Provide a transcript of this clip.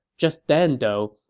just then, though,